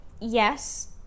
Yes